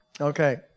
Okay